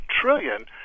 trillion